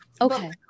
Okay